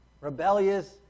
rebellious